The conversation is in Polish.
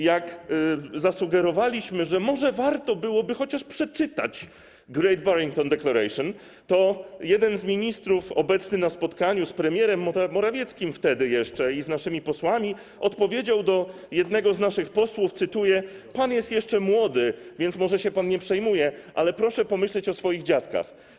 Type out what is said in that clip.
Jak zasugerowaliśmy, że może warto byłoby chociaż przeczytać Great Barrington Declaration, to jeden z ministrów obecnych na spotkaniu z premierem Morawieckim i z naszymi posłami, powiedział do jednego z naszych posłów, cytuję: Pan jest jeszcze młody, więc może się pan nie przejmuje, ale proszę pomyśleć o swoich dziadkach.